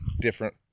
different